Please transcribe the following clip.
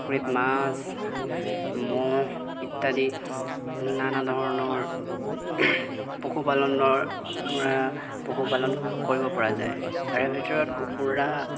পুখুৰীত মাছ ম'হ ইত্যাদি নানা ধৰণৰ পশুপালনৰ পশুপালন কৰিব পৰা যায় তাৰে ভিতৰত কুকুৰা